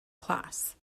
class